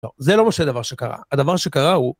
לא, זה לא משה דבר שקרה, הדבר שקרה הוא...